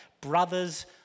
brothers